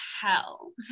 hell